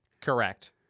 Correct